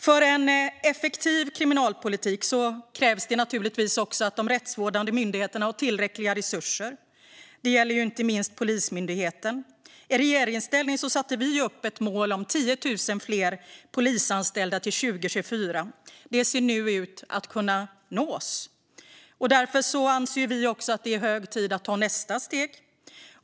För en effektiv kriminalpolitik krävs det naturligtvis också att de rättsvårdande myndigheterna har tillräckliga resurser. Det gäller inte minst Polismyndigheten. I regeringsställning satte vi upp ett mål om 10 000 fler polisanställda till 2024. Det ser nu ut att kunna nås. Därför anser vi också att det är hög tid att ta nästa steg.